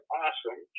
awesome